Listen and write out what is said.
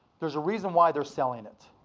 there's a reason why they're selling it.